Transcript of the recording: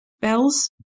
Bells